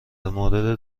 مورد